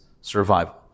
survival